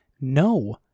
No